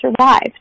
survived